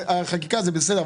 החקיקה זה בסדר,